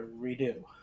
redo